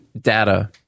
data